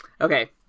Okay